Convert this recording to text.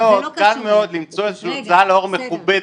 קל מאוד למצוא איזה שהיא הוצאה לאור מכובדת,